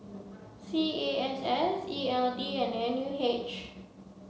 C A S S E L D and N U H